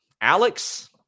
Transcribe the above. Alex